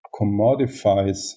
commodifies